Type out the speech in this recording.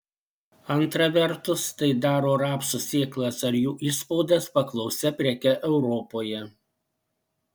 antra vertus tai daro rapsų sėklas ar jų išspaudas paklausia preke europoje